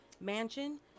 Mansion